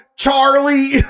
Charlie